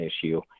issue